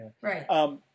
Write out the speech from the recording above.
right